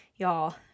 Y'all